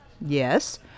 Yes